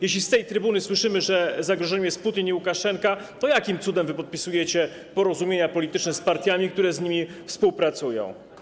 Jeśli z tej trybuny słyszymy, że zagrożeniem jest Putin i Łukaszenka, to jakim cudem podpisujecie porozumienia polityczne z partiami, które z nimi współpracują?